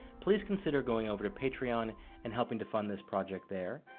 please consider going over to patreon and helping to fund this project there.